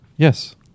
yes